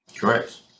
Correct